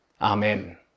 Amen